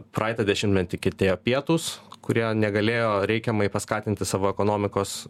praeitą dešimtmetį kentėjo pietūs kurie negalėjo reikiamai paskatinti savo ekonomikos